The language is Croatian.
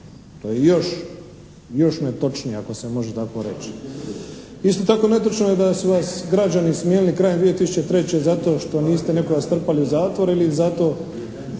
to je još netočnije ako se može tako reći. Isto tako, netočno je da su vas građani smijenili krajem 2003. zato što niste nekoga strpali u zatvor ili zato